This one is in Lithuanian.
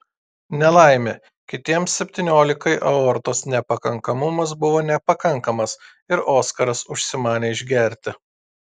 nelaimė kitiems septyniolikai aortos nepakankamumas buvo nepakankamas ir oskaras užsimanė išgerti